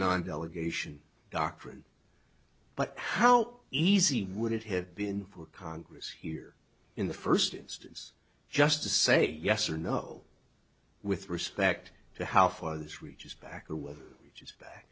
and delegation doctrine but how easy would it have been for congress here in the first instance just to say yes or no with respect to how far this reaches back or whether which is